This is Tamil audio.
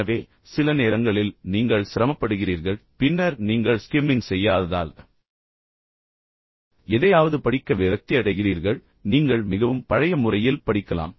எனவே சில நேரங்களில் நீங்கள் சிரமப்படுகிறீர்கள் பின்னர் நீங்கள் ஸ்கிம்மிங் செய்யாததால் எதையாவது படிக்க விரக்தியடைகிறீர்கள் நீங்கள் மிகவும் பழைய முறையில் படிக்கலாம்